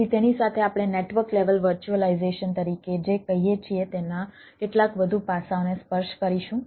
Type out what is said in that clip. તેથી તેની સાથે આપણે નેટવર્ક લેવલ વર્ચ્યુઅલાઈઝેશન તરીકે જે કહીએ છીએ તેના કેટલાક વધુ પાસાઓને સ્પર્શ કરીશું